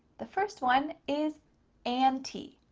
the first one is anti,